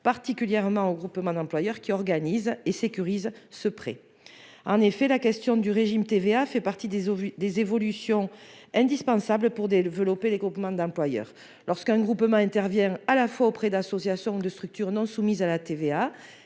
particulièrement au groupement d'employeurs qui organise et sécurise ce prêt en effet la question du régime TVA fait partie des au vu des évolutions indispensables pour des le voeu Lopé les groupements d'employeurs lorsqu'un groupement interviennent à la fois auprès d'associations ou de structures non soumises à la TVA